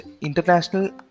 international